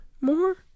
more